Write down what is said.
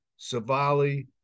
Savali